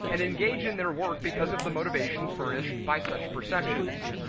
and engage in their work because of the motivation furnished by such perceptions.